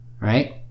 right